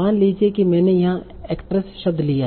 मान लीजिए कि मैंने यहां एक्ट्रेस शब्द लिया है